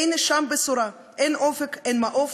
אין שם בשורה, אין אופק, אין מעוף.